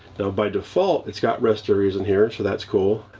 now by default, it's got rest areas in here. so that's cool.